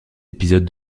épisodes